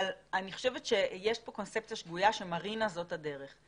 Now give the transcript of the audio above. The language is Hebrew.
אבל אני חושבת שיש כאן קונספציה שגויה שמרינה היא הדרך.